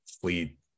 fleet